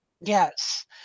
Yes